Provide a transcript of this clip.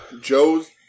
Joe's